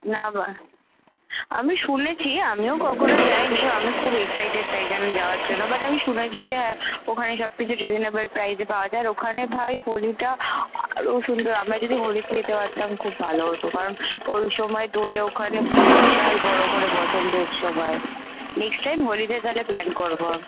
না ভাই আমি শুনেছি আমিও কখনও যাই নি আমি খুব এক্সসাইটেড তাই জন্য যাওয়ার জন্য বাট আমি শুনেছি যে ওখানে সব কিছু রিজেনেবেল প্রাইসে পাওয়া যায় আর ওখানে ভাই হোলিটা আরও সুন্দর আমরা যদি হোলিতে যেতে পারতাম খুব ভালো হতো কারণ ওই সময় দোলে ওখানে বিশাল বড়ো করে বসন্ত উৎসব হয় নেক্স টাইম হোলিতে তালে প্ল্যান করবো